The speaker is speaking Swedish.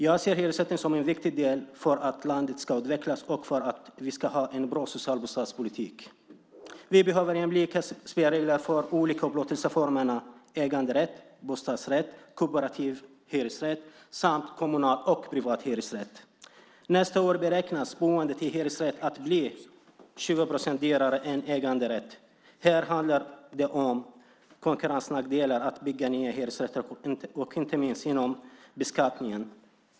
Jag ser hyresrätten som en viktig del för att landet ska utvecklas och för att vi ska ha en bra social bostadspolitik. Vi behöver jämlika spelregler för de olika upplåtelseformerna äganderätt, bostadsrätt, kooperativ hyresrätt samt kommunal och privat hyresrätt. Nästa år beräknas boendet i hyresrätt bli 20 procent dyrare än i äganderätt. Här handlar det om konkurrensnackdelar med att bygga nya hyresrätter och inte minst genom beskattningen.